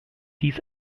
dies